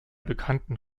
bekannten